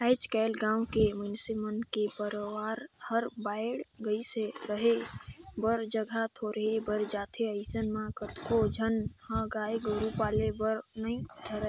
आयज कायल गाँव के मइनसे मन के परवार हर बायढ़ गईस हे, रहें बर जघा थोरहें पर जाथे अइसन म कतको झन ह गाय गोरु पाले बर नइ धरय